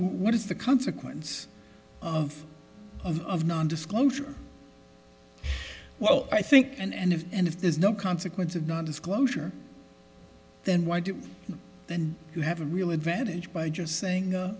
what is the consequence of of non disclosure well i think and if and if there's no consequence of non disclosure then why do you have a real advantage by just saying